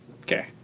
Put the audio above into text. Okay